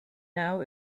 now